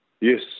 Yes